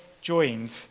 joined